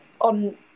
on